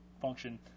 function